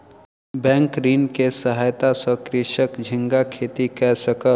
bank ऋण के सहायता सॅ कृषक झींगा खेती कय सकल